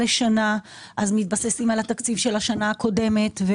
לשנה ואז התבססו על התקציב של השנה הקודמת,